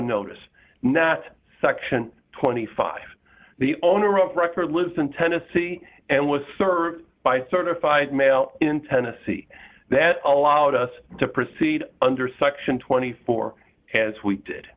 notice that section twenty five the owner of record listen tennessee and was served by certified mail in tennessee that allowed us to proceed under section twenty four as we did